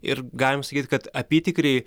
ir galim sakyt kad apytikriai